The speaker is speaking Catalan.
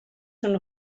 són